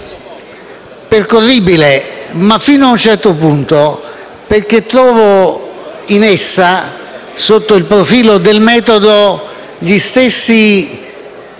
percorribile, ma fino ad un certo punto, perché trovo in essa, sotto il profilo del metodo, gli stessi